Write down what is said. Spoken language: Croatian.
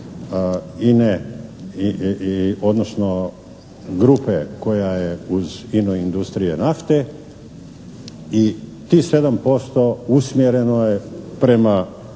i odnosno grupe koja je uz INA-u Industriju nafte i tih 7% usmjereno je prema